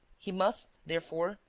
he must, therefore,